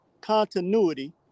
continuity